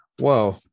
whoa